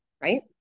right